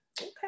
Okay